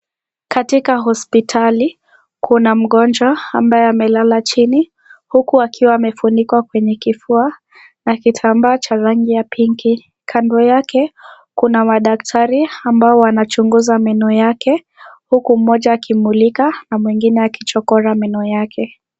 Katika hospitali, kuna mgonjwa ambaye amelala chini huku akiwa amefunikwa kwenye kifua na kitambaa cha rangi ya pinki. Kando yake , kuna madaktari ambao wanachunguza meno yake, huku mmoja akimulika na mwengine akichokora meno yake.